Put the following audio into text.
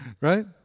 right